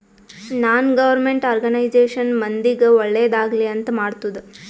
ನಾನ್ government organisation ಮಂದಿಗ್ ಒಳ್ಳೇದ್ ಆಗ್ಲಿ ಅಂತ್ ಮಾಡ್ತುದ್